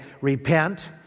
Repent